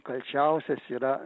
kalčiausias yra